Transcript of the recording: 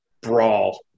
brawl